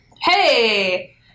Hey